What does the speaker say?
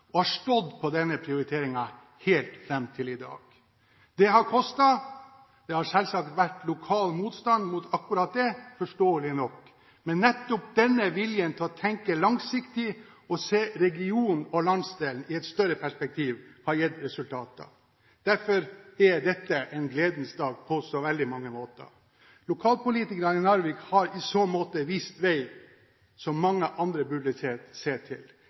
og har stått på denne prioriteringen helt fram til i dag. Det har kostet, for det har selvsagt vært lokal motstand mot akkurat det – forståelig nok. Men nettopp denne viljen til å tenke langsiktig og se regionen og landsdelen i et større perspektiv har gitt resultater. Derfor er dette en gledens dag på så veldig mange måter. Lokalpolitikerne i Narvik – som mange andre burde se til – har i så måte vist vei.